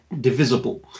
divisible